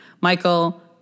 Michael